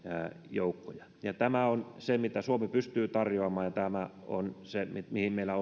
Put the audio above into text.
joukkoja tämä on se mitä suomi pystyy tarjoamaan ja tämä on se mihin meillä